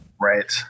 right